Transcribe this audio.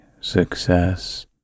success